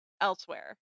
elsewhere